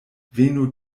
venu